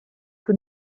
que